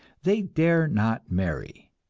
they dare not marry,